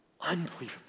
unbelievable